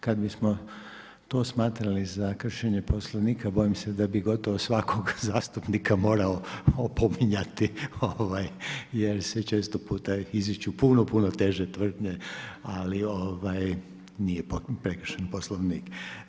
Kada bismo to smatrali za kršenje Poslovnika, bojim se da bi gotovo svakog zastupnika morao opominjati jer se često puta izriču puno, puno teže tvrdnje, ali nije prekršen Poslovnik.